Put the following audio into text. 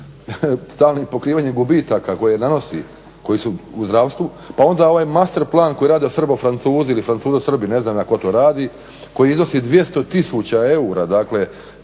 stalnim pokrivanjem gubitaka koje nanosi, koji su u zdravstvu, pa onda ovaj master plan koji rade od Srba Francuzi ili Francuzi, Srbi ne znam ja tko to radi koji iznosi 200 tisuća eura. Dakle,